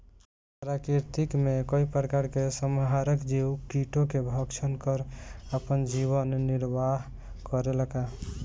प्रकृति मे कई प्रकार के संहारक जीव कीटो के भक्षन कर आपन जीवन निरवाह करेला का?